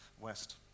west